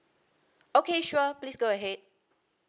okay sure please go ahead